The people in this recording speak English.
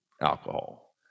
Alcohol